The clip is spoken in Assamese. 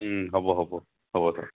হ'ব হ'ব হ'ব